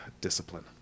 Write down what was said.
discipline